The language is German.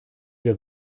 wir